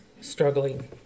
struggling